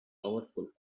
powerful